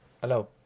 Hello